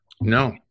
No